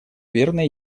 верно